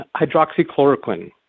hydroxychloroquine